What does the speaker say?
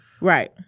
Right